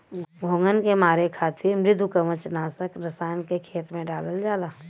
घोंघन के मारे खातिर मृदुकवच नाशक रसायन के खेत में डालल जाला